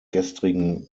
gestrigen